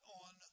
on